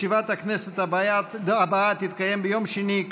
ישיבת הכנסת הבאה תתקיים ביום שני,